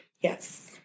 Yes